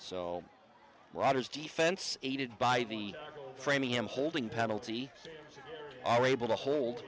rogers defense aided by the framingham holding penalty are able to hold